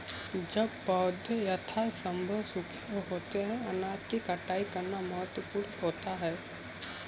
जब पौधे यथासंभव सूखे होते हैं अनाज की कटाई करना महत्वपूर्ण होता है